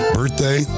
birthday